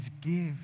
give